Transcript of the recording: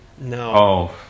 No